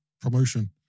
promotion